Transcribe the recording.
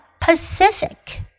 Pacific